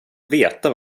veta